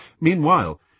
Meanwhile